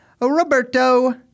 Roberto